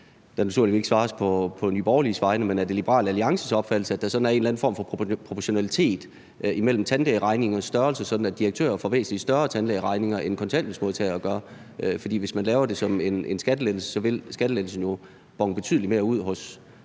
naturligvis ikke svares på Nye Borgerliges vegne, men er det Liberal Alliances opfattelse, at der er en eller anden form for proportionalitet i tandlægeregningers størrelse, sådan at direktører får væsentlig større tandlægeregninger, end kontanthjælpsmodtagere gør? For hvis man laver det som en skattelettelse, vil skattelettelsen jo bone betydelig mere ud hos